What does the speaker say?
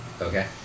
Okay